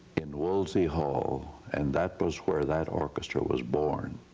in woolsey hall, and that was where that orchestra was born,